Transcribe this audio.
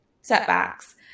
setbacks